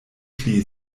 pli